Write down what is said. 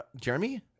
Jeremy